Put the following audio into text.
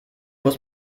muss